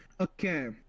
Okay